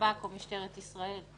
שב"כ או משטרת ישראל,